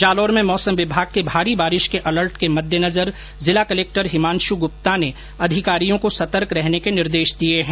जालौर में मौसम विभाग के भारी बारिश के अलर्ट के मद्देनजर जिला कलेक्टर हिमांशु गुप्ता ने अधिकारियों को सतर्क रहने के निर्देश दिए है